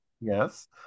Yes